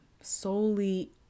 solely